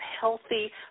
healthy